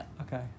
Okay